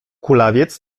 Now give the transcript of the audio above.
kulawiec